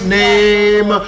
name